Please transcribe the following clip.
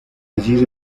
allí